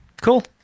Cool